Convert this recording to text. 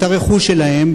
את הרכוש שלהם,